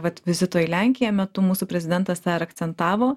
vat vizito į lenkiją metu mūsų prezidentas tą ir akcentavo